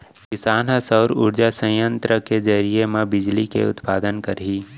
किसान ह सउर उरजा संयत्र के जरिए म बिजली के उत्पादन करही